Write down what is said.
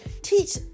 teach